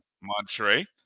Montre